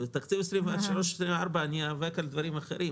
בתקציב 23-24 אני אאבק על דברים אחרים.